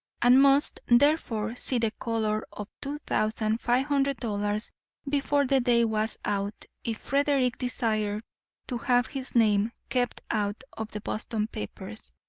and must therefore see the colour of two thousand five hundred dollars before the day was out if frederick desired to have his name kept out of the boston papers.